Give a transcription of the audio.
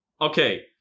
okay